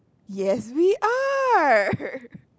yes we are